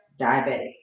diabetic